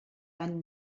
van